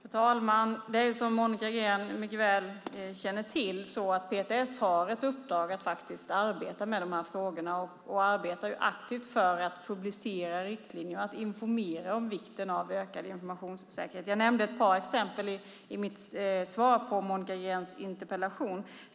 Fru talman! Som Monica Green mycket väl känner till har PTS ett uppdrag att arbeta med dessa frågor. Man arbetar aktivt för att publicera riktlinjer och informera om vikten av ökad informationssäkerhet. Jag nämnde ett par exempel i mitt svar på Monica Greens interpellation.